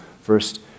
first